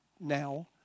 now